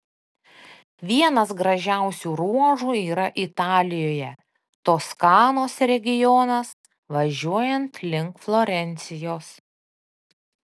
vienas gražiausių ruožų yra italijoje toskanos regionas važiuojant link florencijos